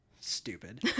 stupid